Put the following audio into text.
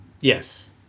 yes